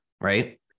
Right